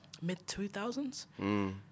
mid-2000s